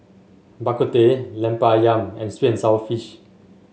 Bak Kut Teh Lemper ayam and sweet and sour fish